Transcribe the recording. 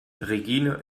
regine